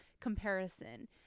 comparison